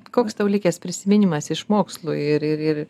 koks tau likęs prisiminimas iš mokslų ir ir ir